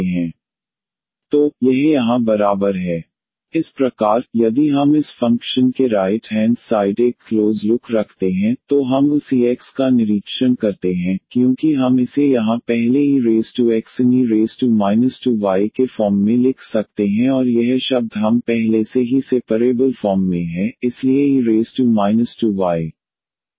इसलिए f1ydyf2xdxc तो इस तरह का एक उदाहरण देखें जो यहां दिया गया है dydxex 2yx2e 2y इस प्रकार यदि हम इस फ़ंक्शन के राइट हेंड साइड एक क्लोज़ लुक रखते हैं तो हम उस ex का निरीक्षण करते हैं क्योंकि हम इसे यहाँ पहले ex इन e 2y के फॉर्म में लिख सकते हैं और यह शब्द हम पहले से ही सेपरेबल फॉर्म में है इसलिए e 2y